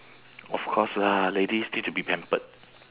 of course lah ladies need to be pampered